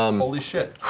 um holy shit.